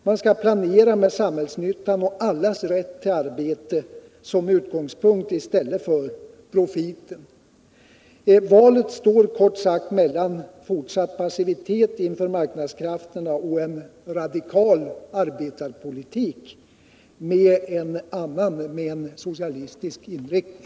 Man skall planera med samhällsnyttan och allas rätt till arbete som utgångspunkt i stället för profiten. Valet står kort sagt mellan fortsatt passivitet inför marknadskrafterna och en radikal arbetarpolitik med en annan, en socialistisk, inriktning.